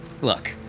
Look